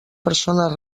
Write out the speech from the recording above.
persones